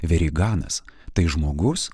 veryganas tai žmogus